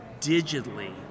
digitally